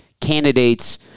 candidates